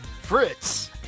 Fritz